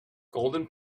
golden